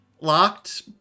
locked